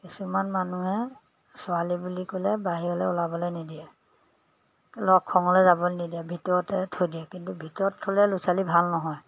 কিছুমান মানুহে ছোৱালী বুলি ক'লে বাহিৰলৈ ওলাবলৈ নিদিয়ে লগ সংগলৈ যাবলে নিদিয়ে ভিতৰতে থৈ দিয়ে কিন্তু ভিতৰত থ'লে ল'ৰা ছোৱালী ভাল নহয়